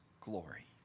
glory